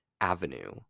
avenue